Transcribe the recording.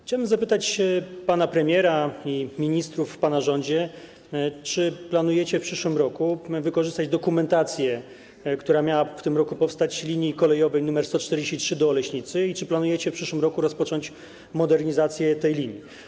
Chciałbym zapytać pana premiera i ministrów w pana rządzie, czy planujecie w przyszłym roku wykorzystać dokumentację, która miała powstać w tym roku, dotyczącą linii kolejowej nr 143 do Oleśnicy i czy planujecie w przyszłym roku rozpocząć modernizację tej linii.